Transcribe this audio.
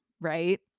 right